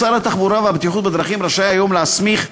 שר התחבורה והבטיחות בדרכים רשאי היום להסמיך,